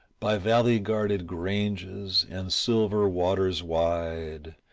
by valley-guarded granges and silver waters wide,